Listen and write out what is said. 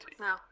No